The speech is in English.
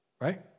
Right